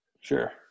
Sure